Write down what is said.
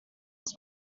was